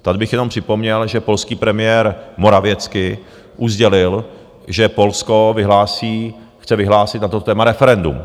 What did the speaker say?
Tady bych jenom připomněl, že polský premiér Morawiecki už sdělil, že Polsko chce vyhlásit na to téma referendum.